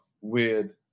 weird